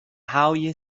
های